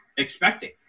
expecting